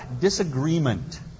disagreement